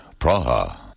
Praha